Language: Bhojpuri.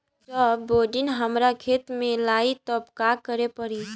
जब बोडिन हमारा खेत मे लागी तब का करे परी?